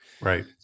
Right